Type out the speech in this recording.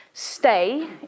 stay